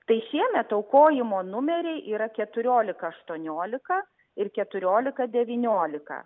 tai šiemet aukojimo numeriai yra keturiolika aštuoniolika ir keturiolika devyniolika